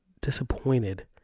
disappointed